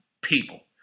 people